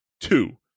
Two